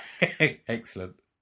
Excellent